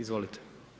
Izvolite.